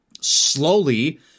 slowly